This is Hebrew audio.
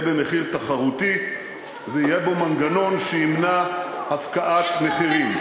במחיר תחרותי ויהיה בו מנגנון שימנע הפקעת מחירים.